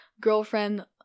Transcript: girlfriend